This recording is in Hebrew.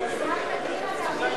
אתרים לאומיים ואתרי הנצחה (תיקון,